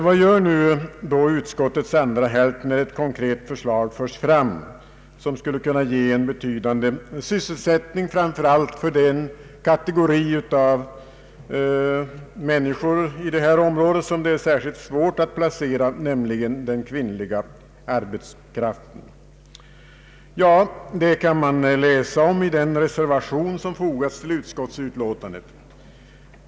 Vad gör nu utskottets andra hälft när ett konkret förslag förs fram som skulle kunna ge betydande sysselsättning, framför allt åt den kategori av människor i detta område som är svårplacerad, nämligen den kvinnliga arbetskraften? Ja, det kan man läsa om i den reservation som fogats till utskottsutlåtandet.